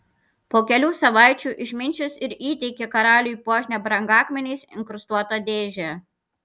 po kelių savaičių išminčius ir įteikė karaliui puošnią brangakmeniais inkrustuotą dėžę